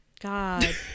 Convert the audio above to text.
god